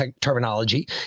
terminology